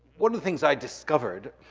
one of the things i discovered